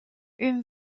une